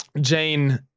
Jane